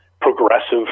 progressive